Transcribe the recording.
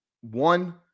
one